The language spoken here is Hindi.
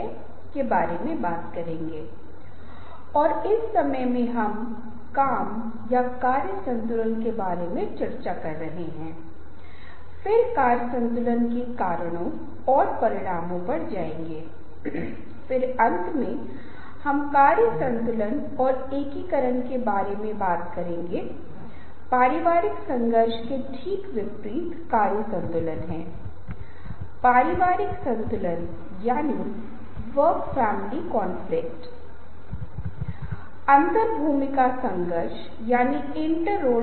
अब किसके रवैये के बारे में हम यहाँ बात कर रहे हैं हम स्पष्ट रूप से उन लोगों के रवैयों के बारे में बात कर रहे हैं जिन्हें प्रभावित किया जाना है और क्योंकि रवैयों अनुभूति को संशोधित करते हैं वे अनुनय के मध्यस्थों के रूप में कार्य करते हैं अर्थात अलग रवैयों यह तय कर सकते हैं कि अनुनय कैसे सफल होगा या विफल होगा या किस दिशा में विशेष अनुनय जाएगा और जैसा कि मैंने आपको बताया कि हमने जो प्रयोग किए हैं वे काफी दिलचस्प हैं और जिन्हें आप चर्चा मंच के संदर्भ में पा सकते हैं